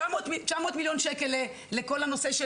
900 מיליון שקל לכל הנושא,